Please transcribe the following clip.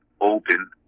open